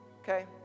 Okay